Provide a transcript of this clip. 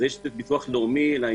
לעניין הזה יש את ביטוח לאומי והאוצר.